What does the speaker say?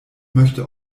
möchte